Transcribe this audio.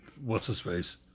What's-His-Face